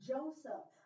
Joseph